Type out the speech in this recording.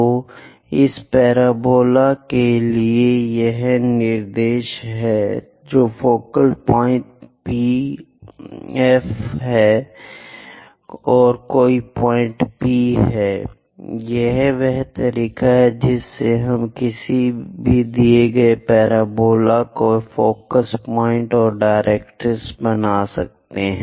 तो इस पैराबोला के लिए यह निर्देश है फोकल बिंदु F है और कोई बिंदु P यह वह तरीका है जिससे हम किसी दिए गए पैराबोला के लिए फोकस पॉइंट और डायरेक्ट्रिक्स बनाते हैं